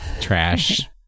Trash